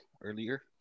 earlier